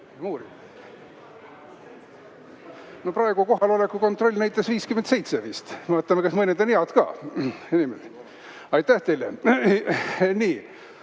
No praegu kohaloleku kontroll näitas 57 vist. Vaatame, kas mõned on head ka. Aitäh teile! Nii,